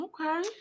Okay